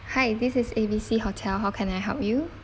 hi this is A B C hotel how can I help you